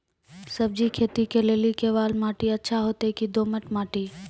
सब्जी खेती के लेली केवाल माटी अच्छा होते की दोमट माटी?